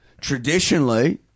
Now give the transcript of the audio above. traditionally